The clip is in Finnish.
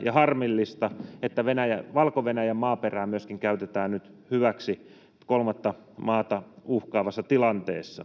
ja harmillista, että Valko-Venäjän maaperää myöskin käytetään nyt hyväksi kolmatta maata uhkaavassa tilanteessa.